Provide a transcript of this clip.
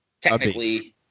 technically